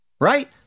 right